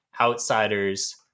outsiders